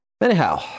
Anyhow